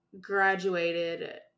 graduated